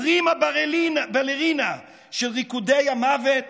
הפרימה בלרינה של ריקודי המוות,